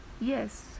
Yes